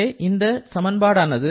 எனவே இந்த சமன்பாடு ஆனது